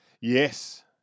Yes